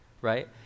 right